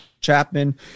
Chapman